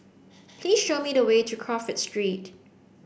please show me the way to Crawford Street